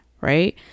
Right